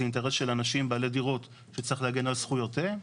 זה אינטרס של אנשים בעלי דירות שצריך להגן על זכויותיהם.